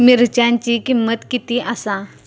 मिरच्यांची किंमत किती आसा?